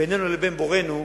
בינינו לבין בוראנו,